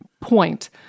point